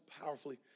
powerfully